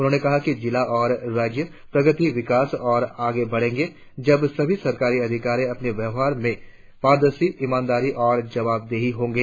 उन्होंने कहा कि जिला और राज्य प्रगति विकास और आगे बढ़ेंगे जब सभी सरकारी अधिकारी अपने व्यवहार में पारदर्शी ईमानदार और जवाबदेह होंगे